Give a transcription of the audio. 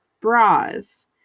bras